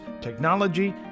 technology